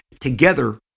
Together